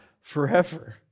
forever